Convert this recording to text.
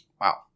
Wow